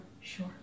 sure